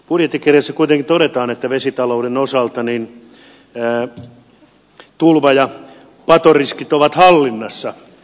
budjettikirjassa kuitenkin todetaan että vesitalouden osalta tulva ja patoriskit ovat hallinnassa